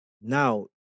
Now